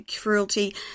cruelty